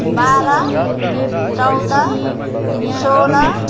बाह्र चौध सोह्र